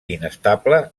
inestable